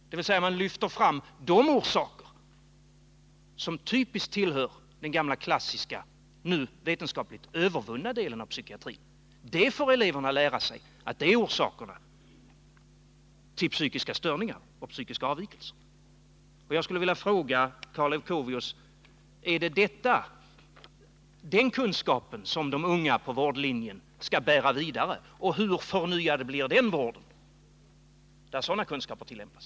Man lyfter alltså fram de orsaker som typiskt tillhör den gamla klassiska men nu vetenskapligt övervunna delen av psykiatrin. Det får eleverna lära sig är orsakerna till psykiska störningar och psykiska avvikelser. Jag vill fråga Karl Leuchovius: Är det den kunskapen som de unga på vårdlinjen skall bära vidare, och hur förnyad blir vården där sådana kunskaper tillämpas?